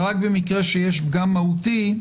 רק במקרה שיש פגם מהותי,